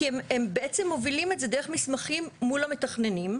כי הם בעצם מובילים את זה דרך מסמכים מול המתכננים,